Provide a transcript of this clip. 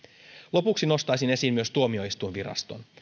lopuksi nostaisin esiin myös tuomioistuinviraston